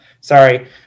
sorry